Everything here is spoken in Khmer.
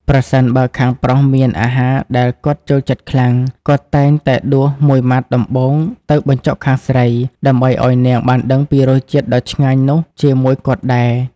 ប្រសិនបើខាងប្រុសមានអាហារដែលគាត់ចូលចិត្តខ្លាំង គាត់តែងតែដួសមួយម៉ាត់ដំបូងទៅបញ្ចុកខាងស្រី ដើម្បីឱ្យនាងបានដឹងពីរសជាតិដ៏ឆ្ងាញ់នោះជាមួយគាត់ដែរ។